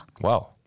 Wow